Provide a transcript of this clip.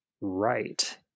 right